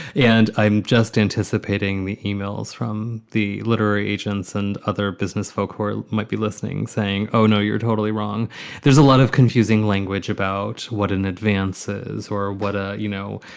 and i'm just anticipating the emails from the literary agents and other business folks who might be listening, saying, oh, no, you're totally wrong there's a lot of confusing language about what an advance is or what ah you know.